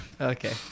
Okay